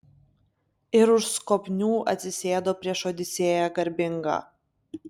ir už skobnių atsisėdo prieš odisėją garbingą